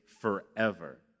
forever